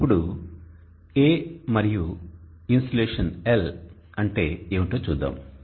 ఇప్పుడు ఈ A మరియు ఇన్సులేషన్ L అంటే ఏమిటో చూద్దాం